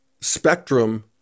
spectrum